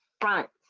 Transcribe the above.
front